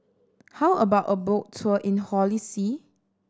how about a boat tour in Holy See